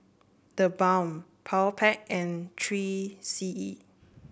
TheBalm Powerpac and Three C E